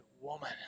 woman